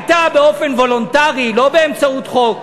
הייתה באופן וולונטרי, לא באמצעות חוק,